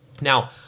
Now